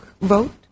vote